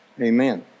Amen